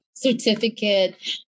certificate